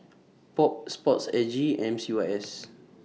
POP Sport S G and M C Y S